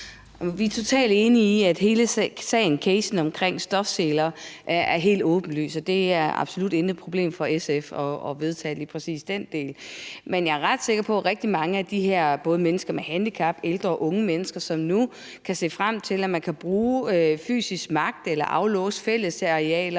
Vi er totalt enige i, at hele sagen, casen, omkring stofseler er helt åbenlys, og det er absolut intet problem for SF at vedtage lige præcis den del. Men jeg er ret sikker på, at rigtig mange af de her mennesker, både dem, der har et handicap, de ældre, de unge mennesker, som nu kan se frem til, at man kan bruge fysisk magt, aflåse fællesarealer